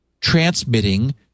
transmitting